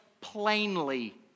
plainly